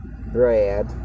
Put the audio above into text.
bread